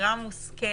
בחירה מושכלת,